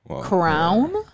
Crown